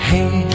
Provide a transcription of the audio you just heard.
Hey